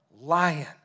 lion